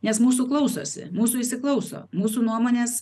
nes mūsų klausosi mūsų įsiklauso mūsų nuomonės